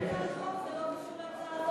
זה לא קשור להצעת החוק.